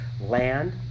land